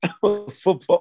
Football